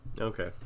Okay